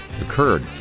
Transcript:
occurred